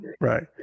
Right